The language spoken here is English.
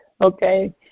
Okay